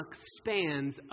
spans